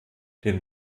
den